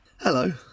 Hello